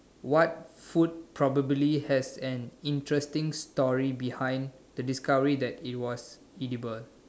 what food probably has an interesting story behind the discovery that is was edible